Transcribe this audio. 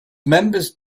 members